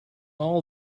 all